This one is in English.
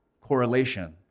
correlation